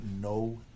no